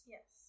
Yes